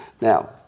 Now